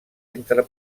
entre